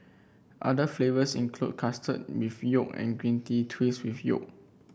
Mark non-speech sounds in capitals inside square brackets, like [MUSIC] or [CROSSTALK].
other flavours include custard [UNINTELLIGIBLE] yolk and green tea twist with yolk